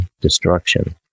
destruction